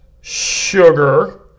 sugar